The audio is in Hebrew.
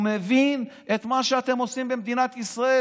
הוא מבין את מה שאתם עושים במדינת ישראל.